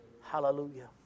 Hallelujah